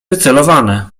wycelowane